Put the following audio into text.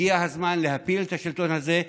הגיע הזמן להפיל את השלטון הזה,